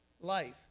life